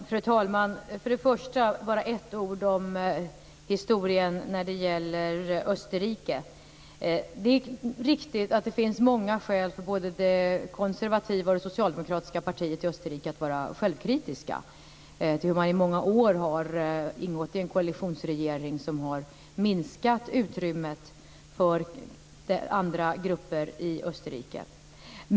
Fru talman! För det första vill jag bara säga ett ord om historien när det gäller Österrike. Det är riktigt att det finns många skäl för både de konservativa och socialdemokratiska partierna i Österrike att vara självkritiska. Man har ju i många år ingått i en koalitionsregering som har minskat utrymmet för andra grupper i Österrike.